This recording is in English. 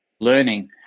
learning